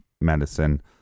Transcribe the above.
medicine